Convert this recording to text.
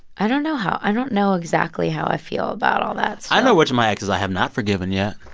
i don't know how i don't know exactly how i feel about all that still i know which of my exes i have not forgiven yet.